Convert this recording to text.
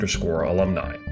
alumni